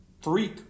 freak